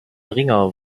ringer